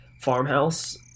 farmhouse